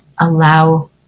allow